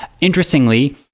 interestingly